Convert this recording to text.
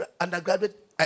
undergraduate